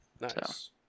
Nice